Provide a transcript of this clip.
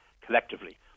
collectively